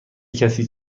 کسی